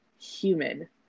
human